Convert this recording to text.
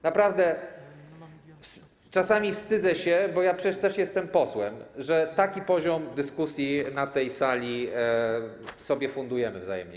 Naprawdę czasami wstydzę się, bo przecież też jestem posłem, że taki poziom dyskusji na tej sali sobie fundujemy wzajemnie.